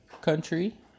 country